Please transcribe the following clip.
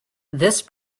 this